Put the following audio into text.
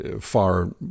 far